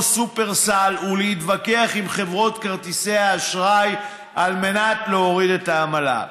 שופרסל ולהתווכח עם חברות כרטיסי האשראי על מנת להוריד את העמלה.